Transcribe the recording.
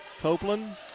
Copeland